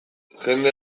jende